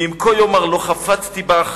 ואם כה יאמר, לא חפצתי בך,